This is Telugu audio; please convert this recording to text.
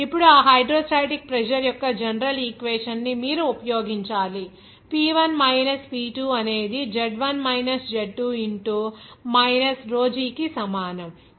ఇప్పుడు ఆ హైడ్రోస్టాటిక్ ప్రెజర్ యొక్క జనరల్ ఈక్వేషన్ ని మీరు ఉపయోగించాలి P1 మైనస్ P2 అనేది Z1 minus Z2 into minus rho g కి సమానం